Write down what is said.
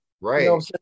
Right